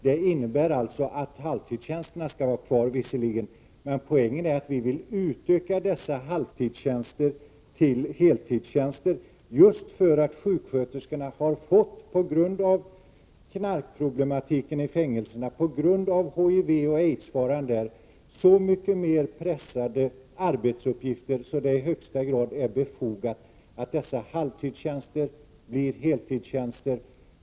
Det innebär visserligen att halvtidstjänsterna skall vara kvar, men poängen är att vi vill utöka dessa halvtidstjänster till heltidstjänster just därför att sjuksköterskorna på grund av knarkproblematiken och HIV och aidsfaran har så mycket mer pressade arbetsuppgifter att det i högsta grad är befogat att dessa halvtidstjänster blir heltidstjänster.